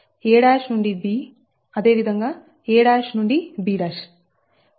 a నుండి b అదేవిధంగా a నుండి b